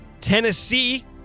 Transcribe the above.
Tennessee